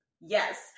Yes